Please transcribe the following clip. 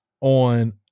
on